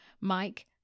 Mike